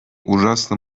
ужасно